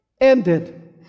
ended